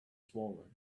swollen